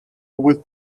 with